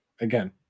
again